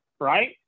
Right